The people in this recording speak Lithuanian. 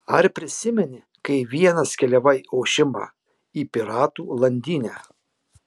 ar prisimeni kaip vienas keliavai į ošimą į piratų landynę